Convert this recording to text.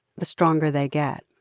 the stronger they get.